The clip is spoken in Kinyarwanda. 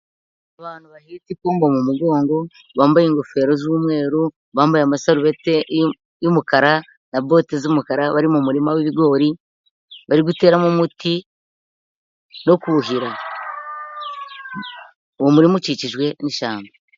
Abantu bahetse ipombo mu mugongo, bambaye ingofero z'umweru, bambaye amasarubeti y'umukara na bote z'umukara, bari mu murima w'ibigori. Bari guteramo umuti no kuhira. Uwo murima ukikijwe n'ishyamba.